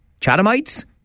Chathamites